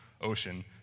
ocean